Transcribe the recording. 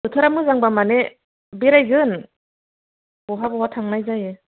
बोथोरा मोजां बा माने बेरायगोन बहा बहा थांनाय जायो